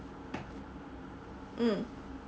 mm